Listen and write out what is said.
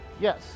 yes